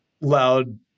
Loud